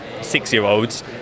six-year-olds